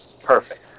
Perfect